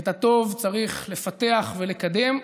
את הטוב צריך לפתח ולקדם,